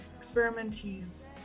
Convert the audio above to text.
experimentees